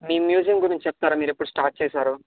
మీ museum గురించి చెప్తారా మీరు ఎప్పుడు స్టార్ట్ చేశారో